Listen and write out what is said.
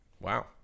Wow